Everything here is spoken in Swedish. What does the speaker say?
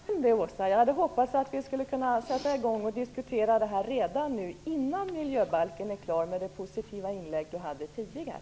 Fru talman! Det var synd, Åsa Stenberg! Jag hade hoppats, efter det positiva inlägg Åsa Stenberg gjorde tidigare, att vi skulle kunna sätta i gång och diskutera det här redan nu, innan miljöbalken är klar.